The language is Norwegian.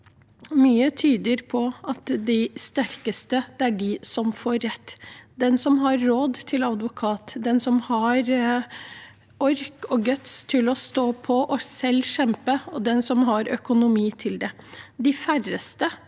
Mye tyder på at det er de sterkeste som får rett – den som har råd til advokat, den som har ork og «guts» til å stå på og selv kjempe, og den som har økonomi til det.